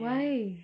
why